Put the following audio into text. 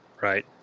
Right